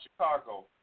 Chicago